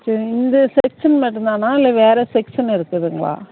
சரி இந்த செக்ஷன் மட்டும்தானா இல்லை வேறு செக்ஷன் இருக்குதுங்களா